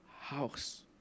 house